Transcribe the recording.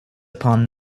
upon